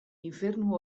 infernu